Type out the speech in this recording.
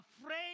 Afraid